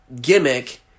gimmick